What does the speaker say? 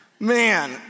Man